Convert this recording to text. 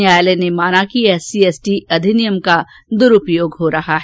न्यायालय ने माना है कि एससीएसटी अधिनियम का दुरूपयोग हो रहा है